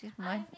mine